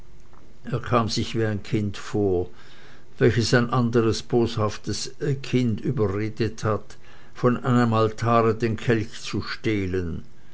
er kam sich wie ein kind vor welches ein anderes boshaftes kind überredet hat von einem altare den kelch zu stehlen